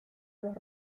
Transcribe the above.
los